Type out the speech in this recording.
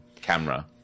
camera